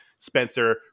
Spencer